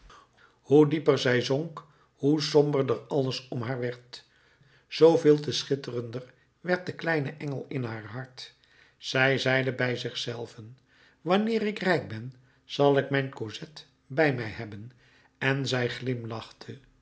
hoe dieper zij zonk hoe somberder alles om haar werd zooveel te schitterender werd de kleine engel in haar hart zij zeide bij zich zelve wanneer ik rijk ben zal ik mijn cosette bij mij hebben en zij glimlachte